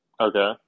Okay